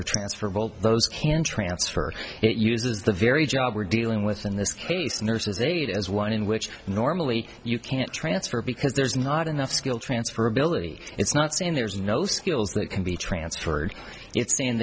are transfer of all those can transfer it uses the very job we're dealing with in this case a nurse's aide as one in which normally you can't transfer because there's not enough skill transferability it's not saying there's no skills that can be transferred